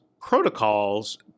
protocols